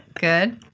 Good